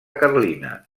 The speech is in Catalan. carlina